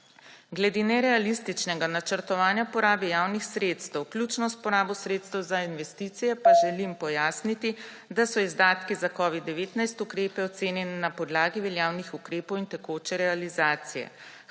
Glede nerealističnega načrtovanja porabe javnih sredstev, vključno s porabo sredstev za investicije, pa želim pojasniti, da so izdatki za ukrepe covida-19 ocenjeni na podlagi veljavnih ukrepov in tekoče realizacije.